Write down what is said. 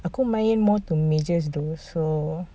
aku main more to majors tho so